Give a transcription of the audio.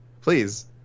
Please